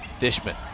Dishman